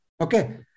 Okay